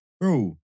Bro